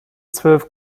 zwölf